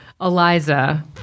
Eliza